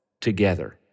together